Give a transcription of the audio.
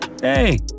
Hey